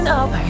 up